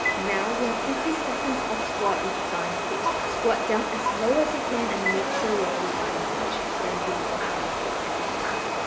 now we have fifty seconds of squat with front kick. squat down as low as you can and make sure your glutes are engaged then do a front kick as you come up